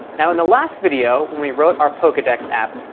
now in the last video when we wrote our pokedex app,